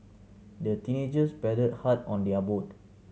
the teenagers paddled hard on their boat